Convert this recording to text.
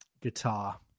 guitar